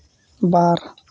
ᱵᱟᱨ